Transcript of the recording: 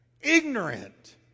ignorant